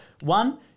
One